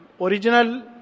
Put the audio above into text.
original